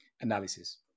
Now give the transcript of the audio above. analysis